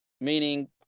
meaning